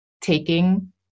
taking